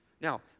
Now